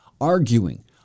arguing